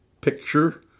picture